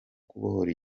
kubohora